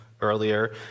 earlier